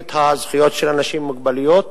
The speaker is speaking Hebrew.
את הזכויות של אנשים עם מוגבלויות.